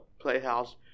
Playhouse